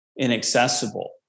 inaccessible